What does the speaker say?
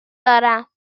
دارم